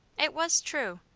it was true.